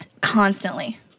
constantly